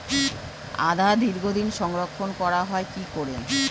আদা দীর্ঘদিন সংরক্ষণ করা হয় কি করে?